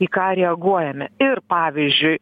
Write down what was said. į ką reaguojame ir pavyzdžiui